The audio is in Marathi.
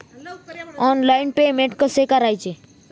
ऑनलाइन पेमेंट कसे करायचे?